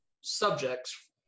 subjects